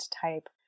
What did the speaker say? type